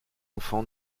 enfant